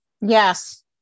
Yes